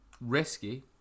risky